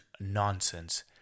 nonsense